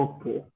Okay